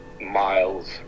miles